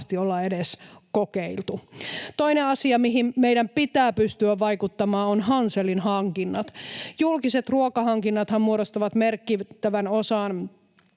olla edes kokeiltu. Toinen asia, mihin meidän pitää pystyä vaikuttamaan, on Hanselin hankinnat. Julkiset ruokahankinnathan muodostavat merkittävän osan